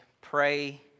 pray